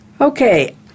Okay